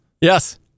Yes